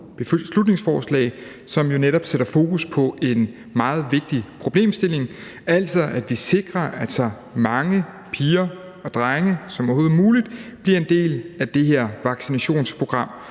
beslutningsforslag, som jo netop sætter fokus på en meget vigtig problemstilling, altså at vi sikrer, at så mange piger og drenge som overhovedet muligt bliver en del af det her vaccinationsprogram,